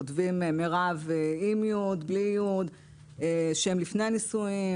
כותבים מירב עם י' או בלי י', שם לפני הנישואין,